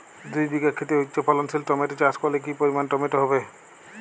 দুই বিঘা খেতে উচ্চফলনশীল টমেটো চাষ করলে কি পরিমাণ টমেটো হবে?